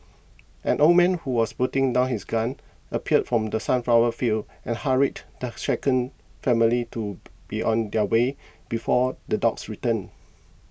an old man who was putting down his gun appeared from the sunflower fields and hurried the shaken family to be on their way before the dogs return